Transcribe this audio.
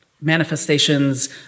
manifestations